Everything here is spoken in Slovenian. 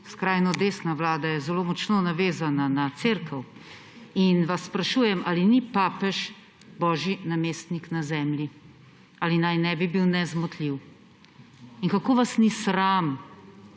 skrajno desna vlada, je zelo močno navezana na Cerkev. In vas sprašujem: ali ni papež božji namestnik na Zemlji? Ali naj ne bi bil nezmotljiv? In kako vas ni sram